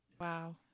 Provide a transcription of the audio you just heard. Wow